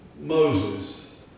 Moses